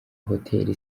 hotel